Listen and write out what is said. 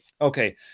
Okay